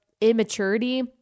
immaturity